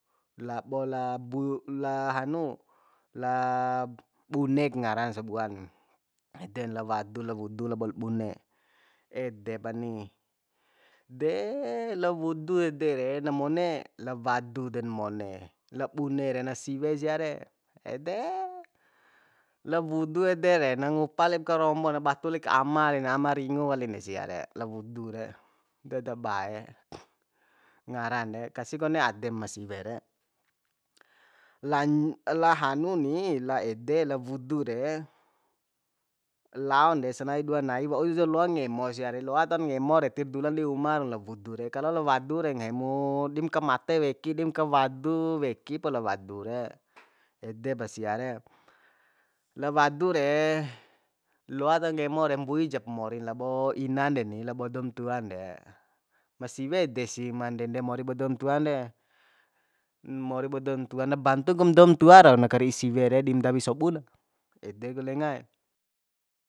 Labo la bu la hanu la bunek ngaran sabua ede la wadu la wudu labol bune ede pani de la wudu ede re na mone la wadu den mone la bune re na siwe sia re ede la wudu ede re na ngupa lik karombo na batu lik ama ama ringu wali re sia re la wudu re de dabae ngaran re kasi kone adem ma siwe re la la hanu ni la ede la wudu re laon de sanai dua nai waujar loa ngemo sia re loa tahon ngemo re ti dulan di uma rau la wudu re kalo la wadu re nggahi mu dim ka mate weki dim ka wadu weki pa la wadu re edepa sia re la wadu re loa taho ngemo re mbui jap morin labo inan deni labo doum tuan de ma siwe ede sih ma ndende mori bo doum tuan re mori bo doum tua na bantu kum doum tua rau kari'i siwe re dim ndawi sobu na ede ku lengae